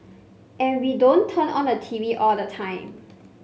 and we don't turn on the T V all the time